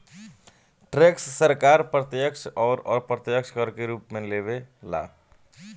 tax सरकार प्रत्यक्ष अउर अप्रत्यक्ष कर के रूप में लेवे ला